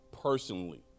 personally